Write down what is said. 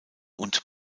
und